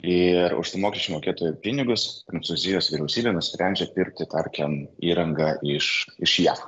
ir už tų mokesčių mokėtojų pinigus prancūzijos vyriausybė nusprendžia pirkti tarkim įrangą iš iš jav